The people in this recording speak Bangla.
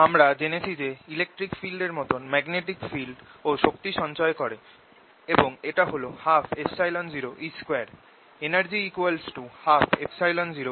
আমরা জেনেছি যে ইলেকট্রিক ফিল্ড এর মতন ম্যাগনেটিক ফিল্ড ও শক্তি সঞ্চয় করে এবং এটা হল 120E2